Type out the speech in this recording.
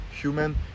human